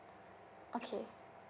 okay